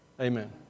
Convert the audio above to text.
Amen